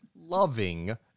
loving